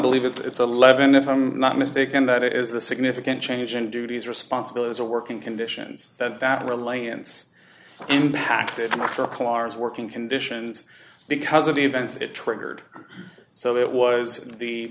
believe it's a levin if i'm not mistaken that is a significant change in duties responsibilities or working conditions that are lance impacted as working conditions because of the events it triggered so it was the